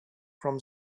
from